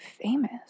famous